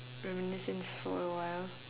reminiscence for a while